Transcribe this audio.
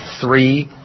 three